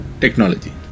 technology